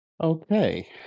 okay